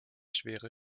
schwere